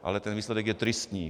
Ale ten výsledek je tristní.